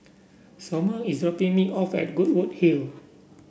Somer is dropping me off at Goodwood Hill